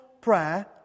prayer